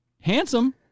handsome